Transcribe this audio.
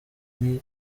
hari